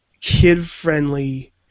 kid-friendly